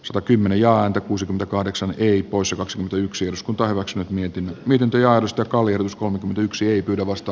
sotiminen ja r kuusikymmentäkahdeksan ii poissa kaksi yksi oskun taivas me mietimme miten työ alusta kaljus kolmekymmentäyksi ei pyydä vasta